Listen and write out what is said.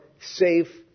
safe